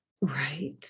right